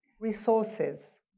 resources